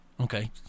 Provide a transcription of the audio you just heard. Okay